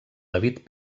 david